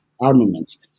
armaments